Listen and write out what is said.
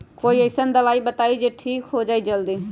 कोई अईसन दवाई बताई जे से ठीक हो जई जल्दी?